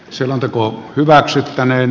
kataista vastaan